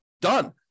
Done